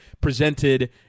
presented